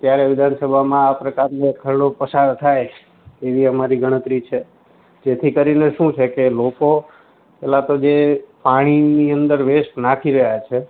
ત્યારે વિધાનસભામાં આ પ્રકારનો એક ખરડો પસાર થાય તેવી અમારી ગણતરી છે જેથી કરીને શું છે કે લોકો પહેલાં તો જે પાણીની અંદર વેસ્ટ નાખી રહ્યા છે